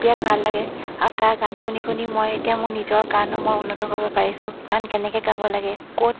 বিৰাট ভাল লাগে আৰু তাৰ গান শুনি শুনি মই এতিয়া মোৰ নিজৰ গানো মই উন্নত কৰিব পাৰিছোঁ গান কেনেকৈ গাব লাগে ক'ত